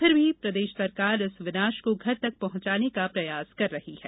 फिर भी प्रदेश सरकार इस विनाश को घर तक पहुंचाने का प्रयास कर रही है